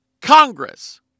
Congress